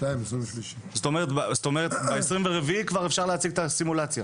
22-23. זאת אומרת שב-24 כבר אפשר להציג את הסימולציה?